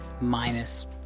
minus